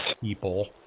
people